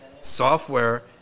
software